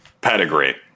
pedigree